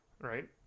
right